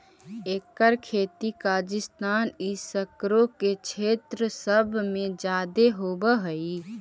एकर खेती कजाकिस्तान ई सकरो के क्षेत्र सब में जादे होब हई